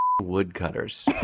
woodcutters